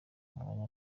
mwanya